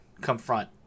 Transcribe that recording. confront